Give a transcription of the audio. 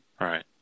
Right